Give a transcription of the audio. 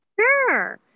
Sure